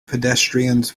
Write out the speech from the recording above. pedestrians